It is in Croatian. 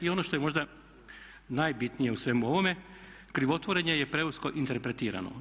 I ono što je možda najbitnije u svemu ovome krivotvorenje je preusko interpretirano.